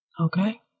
Okay